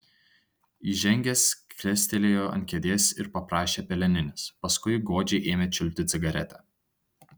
įžengęs klestelėjo ant kėdės ir paprašė peleninės paskui godžiai ėmė čiulpti cigaretę